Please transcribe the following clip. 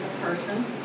person